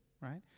Right